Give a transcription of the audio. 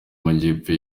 majyepfo